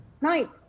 night